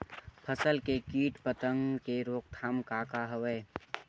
फसल के कीट पतंग के रोकथाम का का हवय?